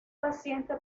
paciente